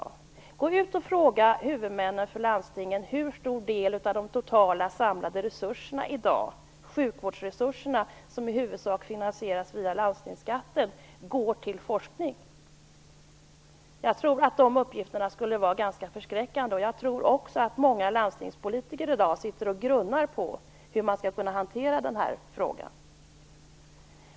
Gå ut och fråga huvudmännen hur stor del av de samlade sjukvårdsresurserna - som i huvudsak finansieras av landstingsskatten - som går till forskning! Jag tror att dessa uppgifter skulle vara ganska förskräckande. Många landstingspolitiker sitter nog i dag och grunnar på hur de skall kunna hantera denna fråga.